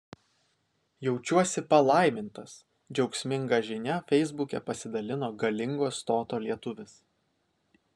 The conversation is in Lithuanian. jaučiuosi palaimintas džiaugsminga žinia feisbuke pasidalino galingo stoto lietuvis